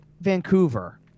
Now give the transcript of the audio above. Vancouver